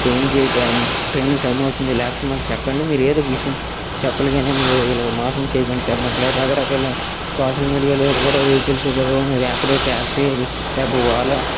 ట్రైనుకి time ట్రైనుకి time ఆవుతుంది లేపోతే మాకు చెప్పండి మీరు ఏదొక విషయం చెప్పలి కానీ మీరు ఇలా మోసం చేయకండి సార్ మాకు రకరకాల సోషలు మీడియాలో కూడా వెహికల్స్ ఏవేవో ఉన్నాయి ర్యాపిడో టాక్సీ ఇలా ఒలా